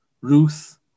Ruth